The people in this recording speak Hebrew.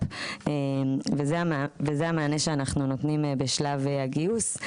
וזה המענה שאנחנו נותנים בשלב הגיוס.